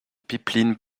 pipeline